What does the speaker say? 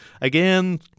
again